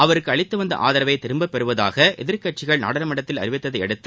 அவருக்கு அளித்துவந்த ஆதரவை திரும்ப பெறுவதாக எதிர்க்கட்சிகள் நாடாளுமன்றத்தில் அறிவித்ததையடுத்து